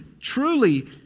truly